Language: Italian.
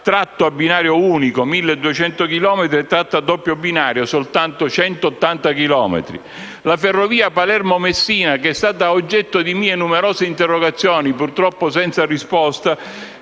tratte a binario unico (1.200 chilometri) e tratte a doppio binario (soltanto 180 chilometri). La ferrovia Palermo-Messina, che è stata oggetto di mie numerose interrogazioni (purtroppo senza risposta),